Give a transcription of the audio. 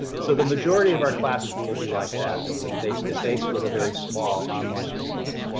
so the majority of our classes will will be like that. they'll be face-to-face with a very small online component.